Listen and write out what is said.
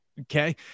Okay